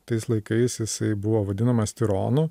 tais laikais jisai buvo vadinamas tironu